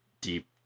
deep